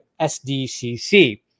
SDCC